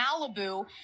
Malibu